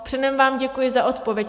Předem vám děkuji za odpověď.